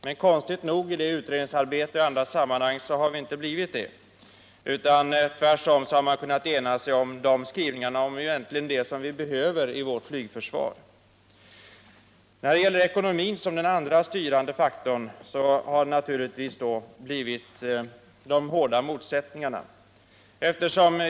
Men konstigt nog har vi inte blivit det, vare sig i detta utredningsarbete eller i andra sammanhang, utan tvärtom kunnat enas om skrivningar om det som vi egentligen behöver i vårt flygförsvar. När det gäller ekonomin, som är den andra styrande faktorn, har det naturligtvis blivit hårda motsättningar.